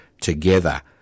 together